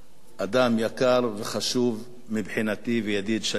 אדם יקר וחשוב מבחינתי וידיד שנים רבות.